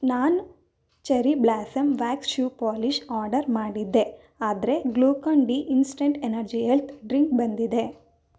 ನಾನು cherry blossom wax shoe polish order ಮಾಡಿದ್ದೆ ಆದರೆ Glucon D instant energy health drink ಬಂದಿದೆ